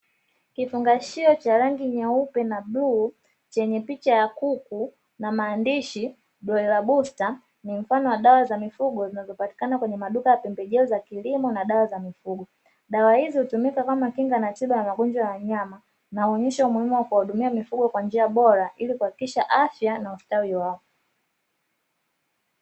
Kifungashio cha rangi nyeupe na bluu chenye picha ya kuku na maandishi "Broiler Booster", ni mfano wa dawa za mifugo zinazopatikana kwenye maduka ya pembejeo za kilimo na dawa za mifugo, dawa hizi hutumika kama kinga na tiba ya magonjwa ya wanyama, na huonesha umuhimu wa kuwahudumia mifugo kwa njia bora ili kuhakikisha afya na ustawi wao.